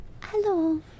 Hello